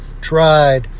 tried